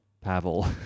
Pavel